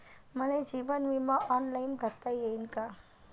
मले जीवन बिमा ऑनलाईन भरता येईन का?